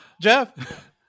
Jeff